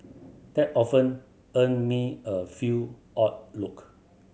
that often earn me a few odd look